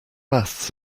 maths